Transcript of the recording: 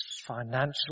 financial